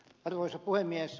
arvoisa puhemies